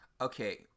okay